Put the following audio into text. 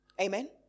Amen